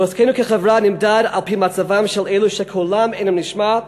חוזקנו כחברה נמדד על-פי מצבם של אלו שקולם אינו נשמע,